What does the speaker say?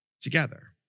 together